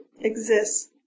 exists